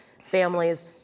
families